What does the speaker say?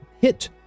hit